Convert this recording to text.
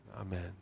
Amen